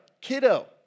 kiddo